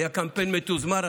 היה קמפיין מתוזמר.